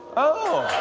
oh.